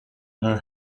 know